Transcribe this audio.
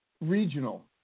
regional